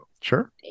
Sure